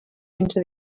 into